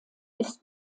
ist